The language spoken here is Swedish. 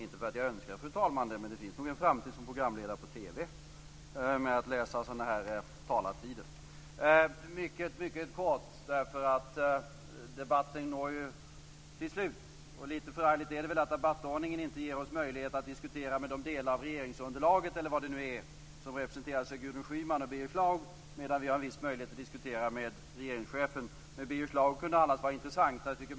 Fru talman! Inte för att jag önskar det, men det finns nog en framtid som programledare på TV när det gäller att läsa upp talartider, som talmannen nyss gjort. Jag skall fatta mig mycket kort, därför att debatten går mot sitt slut. Litet förargligt är det väl att debattordningen inte ger oss möjlighet att diskutera med de delar av regeringsunderlaget, eller vad det nu är, som representeras av Gudrun Schyman och Birger Schlaug, medan vi har en viss möjlighet att diskutera med regeringschefen. Med Birger Schlaug kunde det annars vara intressant att diskutera.